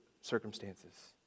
circumstances